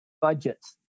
budgets